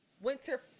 winter